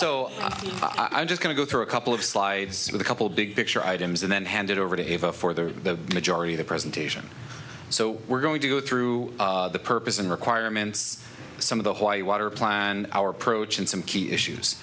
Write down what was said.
so i'm just going to go through a couple of slides with a couple big picture items and then handed over to vote for the majority of the presentation so we're going to go through the purpose and requirements some of the why water plan our approach and some key issues